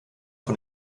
von